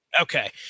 Okay